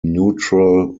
neutral